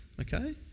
Okay